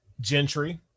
Gentry